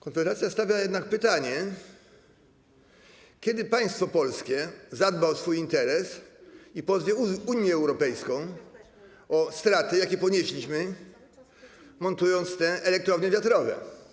Konfederacja stawia jednak pytanie: Kiedy państwo polskie zadba o swój interes i pozwie Unię Europejską o straty, jakie ponieśliśmy, montując te elektrownie wiatrowe?